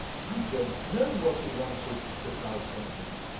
i don't know what he wanted, replied jenkins.